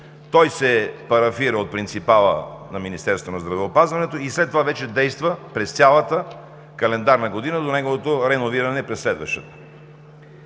Той се парафира от принципала на Министерството на здравеопазването и след това вече действа през цялата календарна година до неговото реновиране през следващата.